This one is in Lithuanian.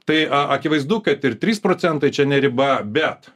tai akivaizdu kad ir trys procentai čia ne riba bet